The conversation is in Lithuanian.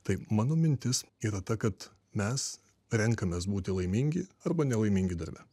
tai mano mintis yra ta kad mes renkamės būti laimingi arba nelaimingi darbe